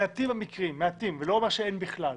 מעטים המקרים, מעטים, ואני לא אומר שאין בכלל,